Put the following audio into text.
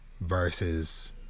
versus